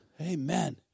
Amen